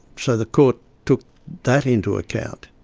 so the court took that into account.